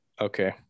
Okay